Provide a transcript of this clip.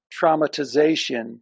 traumatization